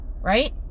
right